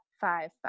five